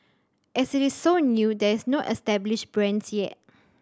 as it is so new there is no established brands yet